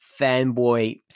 fanboy